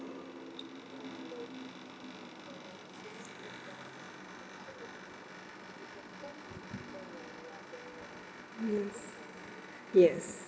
yes yes